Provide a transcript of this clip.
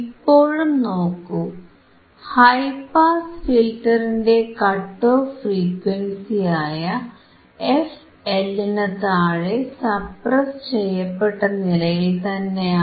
ഇപ്പോഴും നോക്കൂ high pass ഫിൽറ്ററിന്റെ കട്ട് ഓഫ് ഫ്രീക്വൻസിയായ fL നു താഴെ സപ്രസ്സ് ചെയ്യപ്പെട്ട നിലയിൽത്തന്നെയാണ്